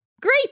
Great